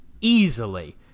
easily